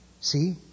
See